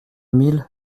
mille